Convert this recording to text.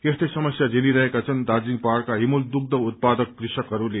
यस्तै समस्या झेलिरहेका छन् दार्जीलिङ पहाड़का हिमूल दुग्ध उत्पादक कृषकहस्ले